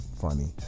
funny